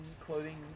clothing